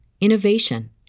innovation